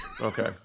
Okay